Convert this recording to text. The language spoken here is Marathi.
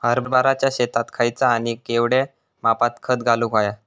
हरभराच्या शेतात खयचा आणि केवढया मापात खत घालुक व्हया?